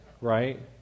right